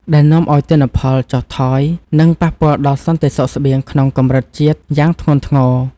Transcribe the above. ដែលនាំឱ្យទិន្នផលចុះថយ និងប៉ះពាល់ដល់សន្តិសុខស្បៀងក្នុងកម្រិតជាតិយ៉ាងធ្ងន់ធ្ងរ។